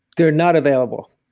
they're not available,